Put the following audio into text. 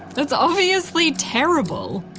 it's obviously terrible!